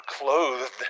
clothed